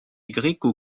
gréco